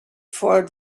for